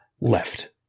left